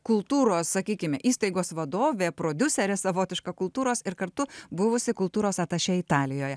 kultūros sakykime įstaigos vadovė prodiuserė savotiška kultūros ir kartu buvusi kultūros atašė italijoje